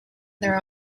there